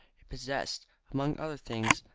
it possessed, among other things,